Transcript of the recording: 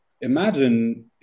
imagine